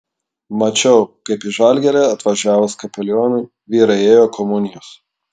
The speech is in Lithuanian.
mačiau kaip į žalgirį atvažiavus kapelionui vyrai ėjo komunijos